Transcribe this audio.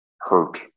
hurt